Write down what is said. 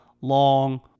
long